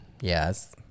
yes